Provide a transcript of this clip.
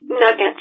nuggets